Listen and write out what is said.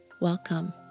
Welcome